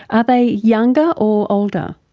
are they younger or older?